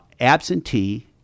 absentee